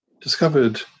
discovered